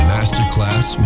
Masterclass